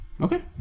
Okay